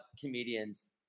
comedians